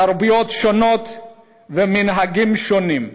תרבויות שונות ומנהגים שונים.